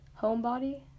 Homebody